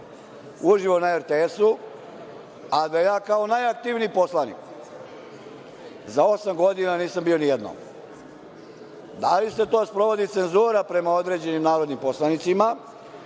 uživo na RTS-u, a da ja kao najaktivniji poslanik za osam godina nisam bio ni jednom? Da li se to sprovodi cenzura prema određenim narodnim poslanicima,